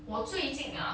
我最近 ah